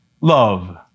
love